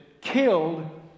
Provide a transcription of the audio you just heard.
killed